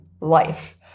life